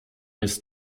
jest